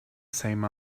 same